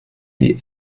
die